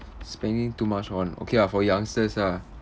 spending too much on okay ah for youngsters ah